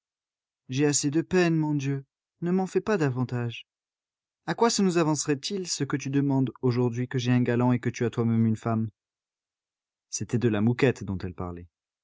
j'ai assez de peine mon dieu ne m'en fais pas davantage a quoi ça nous avancerait il ce que tu demandes aujourd'hui que j'ai un galant et que tu as toi-même une femme c'était de la mouquette dont elle parlait